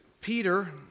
Peter